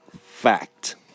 fact